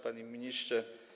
Panie Ministrze!